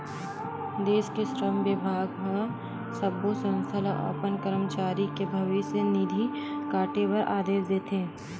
देस के श्रम बिभाग ह सब्बो संस्था ल अपन करमचारी के भविस्य निधि काटे बर आदेस देथे